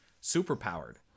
super-powered